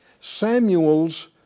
Samuel's